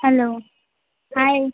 hello hi